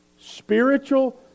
Spiritual